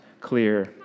clear